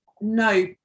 No